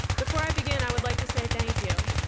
before i begin, i would like to say thank you.